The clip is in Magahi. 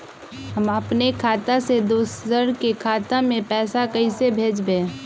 हम अपने खाता से दोसर के खाता में पैसा कइसे भेजबै?